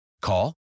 Call